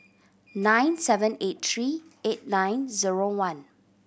nine seven eight three eight nine zero one